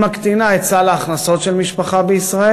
מקטינה את סל ההכנסות של משפחה בישראל,